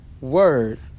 word